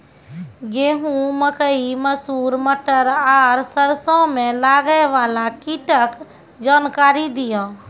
गेहूँ, मकई, मसूर, मटर आर सरसों मे लागै वाला कीटक जानकरी दियो?